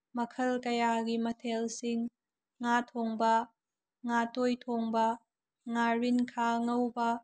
ꯃꯈꯜ ꯀꯌꯥꯒꯤ ꯃꯊꯦꯜꯁꯤꯡ ꯉꯥ ꯊꯣꯡꯕ ꯉꯥꯇꯣꯏ ꯊꯣꯡꯕ ꯉꯥꯔꯤꯡꯈꯥ ꯉꯧꯕ